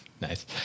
Nice